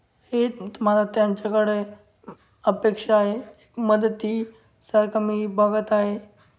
हे तुम्हाला त्यांच्याकडे अपेक्षा आहे मदती सारखं मी बघत आहे